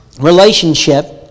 relationship